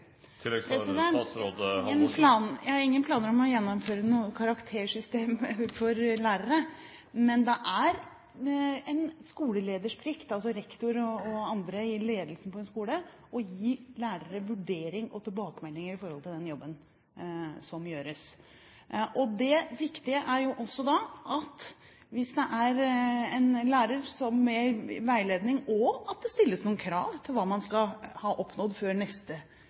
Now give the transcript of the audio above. Jeg har ingen planer om å gjennomføre noe karaktersystem for lærere, men det er en skoleleders plikt, altså rektor og andre i ledelsen ved en skole, å gi lærere vurdering av og tilbakemeldinger om den jobben som gjøres. Hvis det er en lærer som med veiledning og ved at det stilles noen krav til hva man skal ha oppnådd før neste